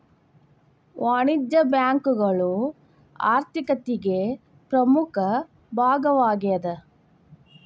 ವಾಣಿಜ್ಯ ಬ್ಯಾಂಕುಗಳು ಆರ್ಥಿಕತಿಗೆ ಪ್ರಮುಖ ಭಾಗವಾಗೇದ